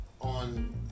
on